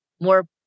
more